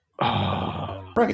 right